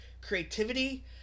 creativity